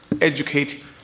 educate